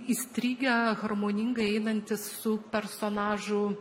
įstrigę harmoningai einantys su personažu